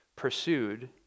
pursued